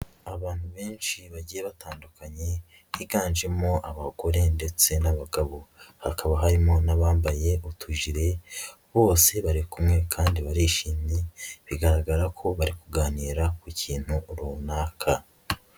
Abantu benshi bagiye batandukanye biganjemo abagore ndetse n'abagabo, hakaba harimo n'abambaye utujire, bose bari kumwe kandi barishimye bigaragara ko bari kuganira ku kintu runaka.